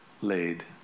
laid